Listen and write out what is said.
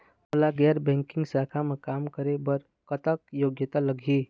मोला गैर बैंकिंग शाखा मा काम करे बर कतक योग्यता लगही?